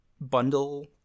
bundle